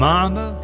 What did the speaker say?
Mama